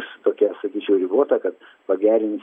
su tokia sakyčiau ligota kad pagerinit